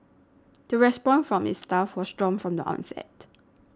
the response from its staff was strong from the onset